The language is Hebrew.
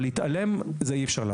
אבל להתעלם, את זה אי אפשר לעשות.